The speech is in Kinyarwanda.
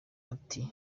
ati